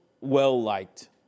well-liked